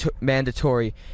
mandatory